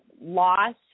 loss